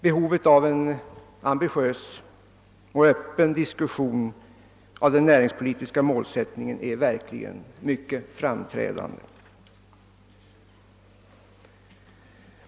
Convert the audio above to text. Behovet av en öppen diskussion om den näringspo litiska målsättningen är verkligen mycket framträdande.